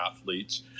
athletes